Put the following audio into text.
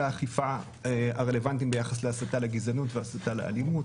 האכיפה הרלוונטיים ביחס להסתה לגזענות והסתה לאלימות.